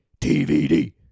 TVD